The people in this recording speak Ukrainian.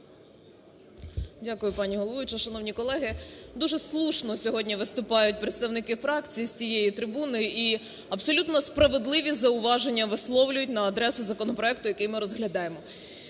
Дякую, пані головуюча. Шановні колеги, дуже слушно сьогодні виступають представники фракцій з цієї трибуни і абсолютно справедливі зауваження висловлюють на адресу законопроекту, який ми розглядаємо.